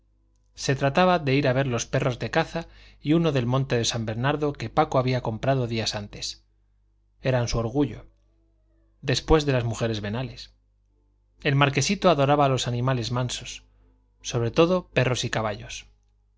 se trataba de ir a ver los perros de caza y uno del monte de san bernardo que paco había comprado días antes eran su orgullo después de las mujeres venales el marquesito adoraba los animales mansos sobre todo perros y caballos